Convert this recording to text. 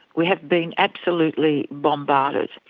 we have been absolutely bombarded.